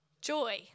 joy